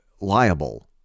liable